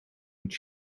moet